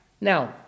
Now